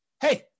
hey